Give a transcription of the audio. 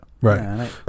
Right